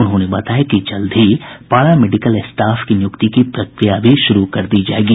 उन्होंने बताया कि जल्द ही पारा मेडिकल स्टाफ की नियुक्ति की प्रक्रिया भी शुरू कर दी जायेगी